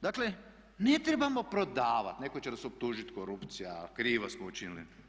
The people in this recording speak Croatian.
Dakle, ne trebamo prodavati, netko će nas optužit korupcija, krivo smo učinili.